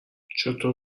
چطور